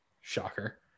shocker